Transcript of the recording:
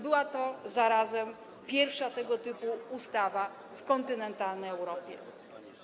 Była to zarazem pierwsza tego typu ustawa w kontynentalnej Europie.